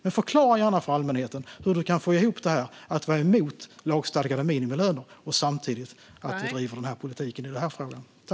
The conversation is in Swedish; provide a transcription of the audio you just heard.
Men förklara gärna för allmänheten hur du, Andreas Carlson, kan få ihop detta med att vara emot lagstadgade minimilöner och samtidigt driva denna politik i denna fråga.